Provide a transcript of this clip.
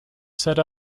set